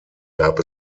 gab